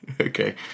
Okay